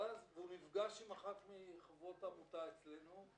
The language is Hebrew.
הוא נפגש עם אחת מחברות העמותה אצלנו,